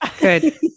Good